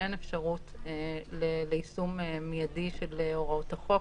שאין אפשרות ליישום מיידי של הוראות החוק,